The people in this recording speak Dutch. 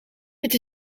het